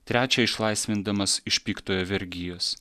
trečią išlaisvindamas iš piktojo vergijos